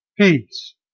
Peace